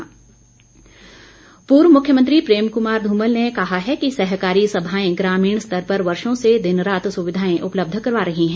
धूमल पूर्व मुख्यमंत्री प्रेम कुमार धूमल ने कहा है कि सहकारी सभाएं ग्रामीण स्तर पर वर्षो से दिनरात सुविधाएं उपलब्ध करवा रही है